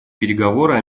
переговоры